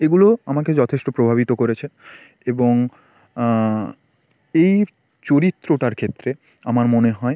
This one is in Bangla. এগুলো আমাকে যথেষ্ট প্রভাবিত করেছে এবং এই চরিত্রটার ক্ষেত্রে আমার মনে হয়